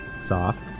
Soft